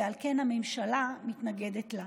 ועל כן הממשלה מתנגדת לה.